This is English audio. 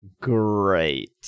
great